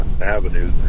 avenue